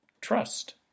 trust